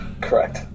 Correct